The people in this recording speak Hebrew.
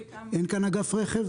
אין כאן מישהו מאגף רכב?